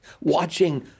watching